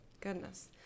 goodness